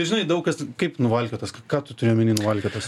žinai daug kas kaip nuvalkiotas ką tu turiu omeny nuvalkiotas